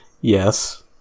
Yes